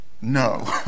no